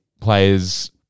players